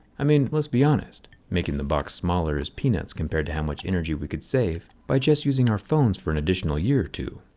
i mean, let's be honest, making the box smaller is peanuts compared to how much energy we could save by just using our phones for an additional year or two.